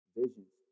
visions